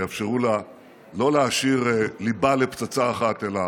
שיאפשרו לה לא להעשיר ליבה לפצצה אחת אלא